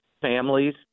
families